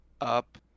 up